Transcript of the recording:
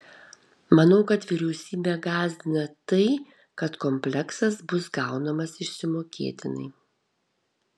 manau kad vyriausybę gąsdina tai kad kompleksas bus gaunamas išsimokėtinai